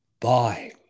Bye